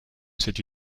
c’est